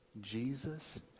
Jesus